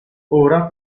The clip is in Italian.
ora